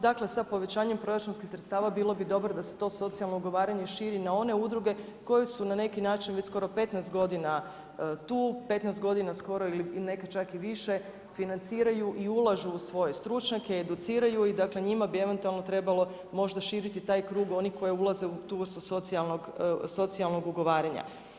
Dakle, sa povećanjem proračunskih sredstava bilo bi dobro da se to socijalno ugovaranje širi na one udruge koje su na neki način već skoro 15 godina tu, 15 godina skoro i neke čak i više, financiraju i ulaže u svoje stručnjake, educiraju i dakle, njima bi eventualno trebalo možda širiti taj krug onih koji ulaze u tu vrstu socijalnog ugovaranja.